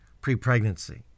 pre-pregnancy